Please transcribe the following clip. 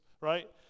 Right